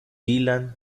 dylan